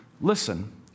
Listen